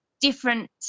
different